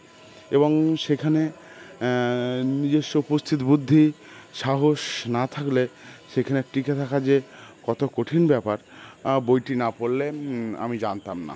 এবং সেখানে নিজস্ব উপস্থিত বুদ্ধি সাহস না থাকলে সেখানে টিকে থাকা যে কত কঠিন ব্যাপার বইটি না পড়লে আমি জানতাম না